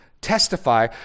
testify